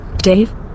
Dave